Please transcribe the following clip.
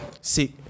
C'est